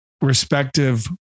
respective